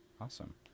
Awesome